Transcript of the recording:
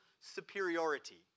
superiority